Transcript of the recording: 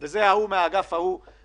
הם אחראים